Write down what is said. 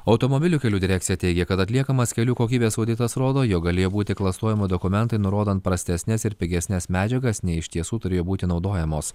automobilių kelių direkcija teigia kad atliekamas kelių kokybės auditas rodo jog galėjo būti klastojami dokumentai nurodant prastesnes ir pigesnes medžiagas nei iš tiesų turėjo būti naudojamos